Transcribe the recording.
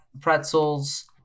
pretzels